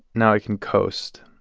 now i can coast,